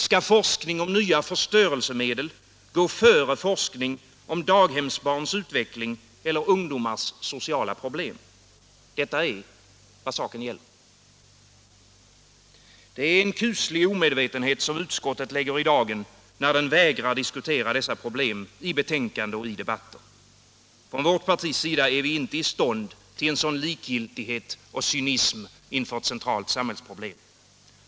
Skall forskning om nya förstörelsemedel gå före forskning om daghemsbarns utveckling eller ungdomars sociala problem? Detta är vad saken gäller. Det är en kuslig omedvetenhet som utskottet lägger i dagen, när det vägrar diskutera dessa problem i betänkanden och i debatter. I vårt parti är vi inte i stånd till en sådan likgiltighet och cynism inför ett centralt samhällsproblem.